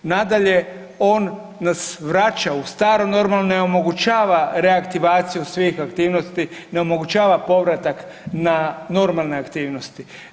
Nadalje, on nas vraća u staro normalno i ne omogućava reaktivaciju svih aktivnosti, ne onemogućava povratak na normalne aktivnosti.